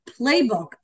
playbook